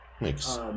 makes